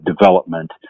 development